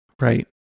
Right